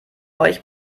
euch